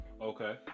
Okay